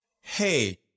Hey